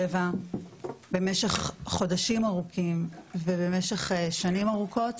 במשך חודשים ארוכים ובמשך שנים ארוכות,